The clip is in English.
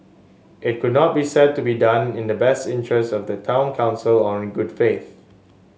it could not be said to be done in the best interest of the town council or in good faith